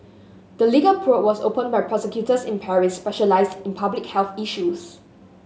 the legal probe was opened by prosecutors in Paris specialised in public health issues